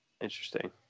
Interesting